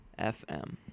FM